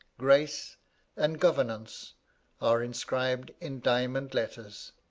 grace and governaunce are inscribed in diamond letters.